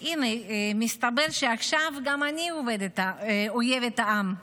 הינה, מסתבר שעכשיו גם אני אויבת העם.